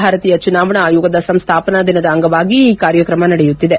ಭಾರತೀಯ ಚುನಾವಣಾ ಆಯೋಗದ ಸಂಸ್ಲಾಪನಾ ದಿನದ ಅಂಗವಾಗಿ ಈ ಕಾರ್ಯಕ್ರಮ ನಡೆಯುತ್ತಿದೆ